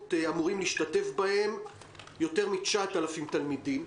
אמורים להשתתף בהן יותר מ-9,000 תלמידים.